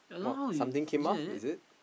or something came off is it